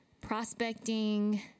prospecting